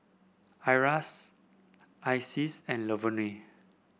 Shira Isis and Lavonne